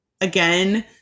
again